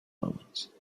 moment